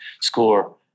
score